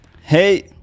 Hey